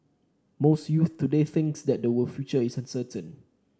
most youths today think that their future is uncertain